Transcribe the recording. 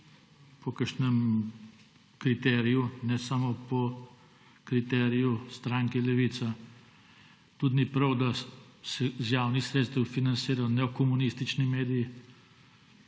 po kakšnem kriteriju, ne samo po kriteriju stranke Levica. Tudi ni prav, da se iz javnih sredstev financirajo neokomunistični mediji.